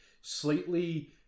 slightly